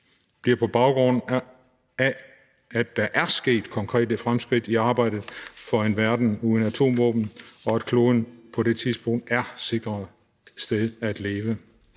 bliver på baggrund af, at der er sket konkrete fremskridt i arbejdet for en verden uden atomvåben, og at kloden på det tidspunkt er et sikrere sted at leve.